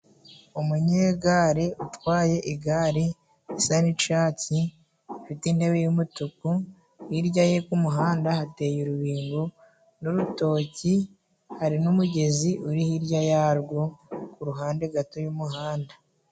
Umunyegare utwaye igare usa n'icatsi ufite intebe y'umutuku, hirya ye k' umuhanda hateye urubingo n'urutoki hari n'umugezi uri hirya yarwo kuruhande gato y'umuhanda.